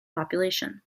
population